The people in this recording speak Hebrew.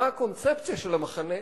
מה הקונספציה של המחנה,